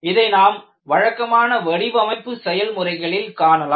இதை நாம் வழக்கமான வடிவமைப்பு செயல்முறைகளில் காணலாம்